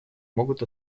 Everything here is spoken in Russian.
могут